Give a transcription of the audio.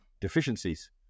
deficiencies